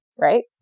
Right